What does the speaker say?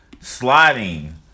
sliding